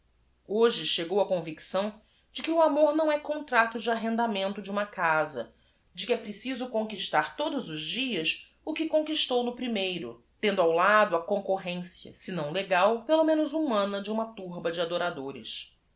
oje chegou á convicção de que o amor uão é contracto de arrendamento de u m a casa de que ê preciso conquistar todos os dias o que conquistou no p r i m e i r o tendo ao lado a concur rencia senão legal pelo menos hu mana de uma t u r b a de adoradores